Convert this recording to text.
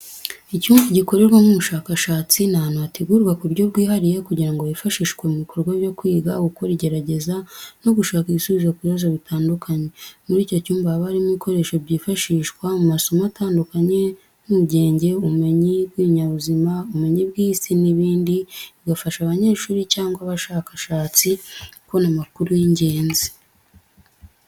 Icyumba gikorerwamo ubushakashatsi ni ahantu hategurwa ku buryo bwihariye kugira ngo hifashishwe mu bikorwa byo kwiga, gukora igerageza no gushaka ibisubizo ku bibazo bitandukanye. Muri icyo cyumba haba harimo ibikoresho byifashishwa mu masomo atandukanye nk'ubugenge, ubumenyi bw'ibinyabuzima, ubumenyi bw'Isi n'ibindi, bigafasha abanyeshuri cyangwa abashakashatsi kubona amakuru y'ingenzi